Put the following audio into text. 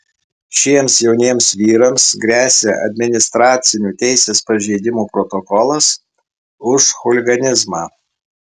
šiems jauniems vyrams gresia administracinių teisės pažeidimų protokolas už chuliganizmą